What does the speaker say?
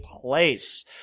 place